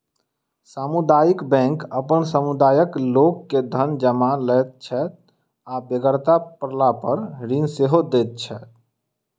सामुदायिक बैंक अपन समुदायक लोक के धन जमा लैत छै आ बेगरता पड़लापर ऋण सेहो दैत छै